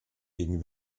gegen